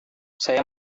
saya